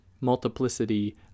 multiplicity